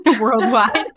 worldwide